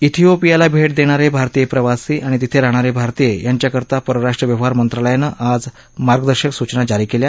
थिओपियाला भेट देणारे भारतीय प्रवासी आणि तिथे राहणारे भारतीय यांच्याकरता परराष्ट्र व्यवहार मंत्रालयानं आज मार्गदर्शक सूचना जारी केल्या